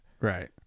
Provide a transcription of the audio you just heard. Right